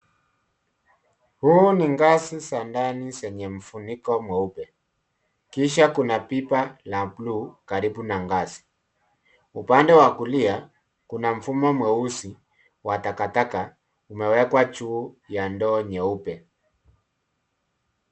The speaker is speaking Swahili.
Huu ni ngazi za ndani zenye mfuniko mweupe, kisha kuna pipa la buluu karibu na ngazi. Upande wa kulia kuna mfumo mweusi wa takataka umewekwa juu ya ndoo nyeupe.